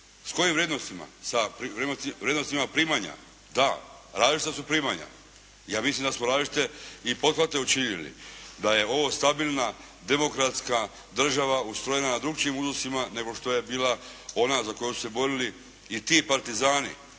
S kojim vrijednostima? Sa vrijednostima primanja? Da. Različita su primanja. Ja mislim da smo različite i pothvate učinili, da je ovo stabilna demokratska država ustrojena na drukčijim uzusima nego što je bila ona za koju su se borili i ti partizani.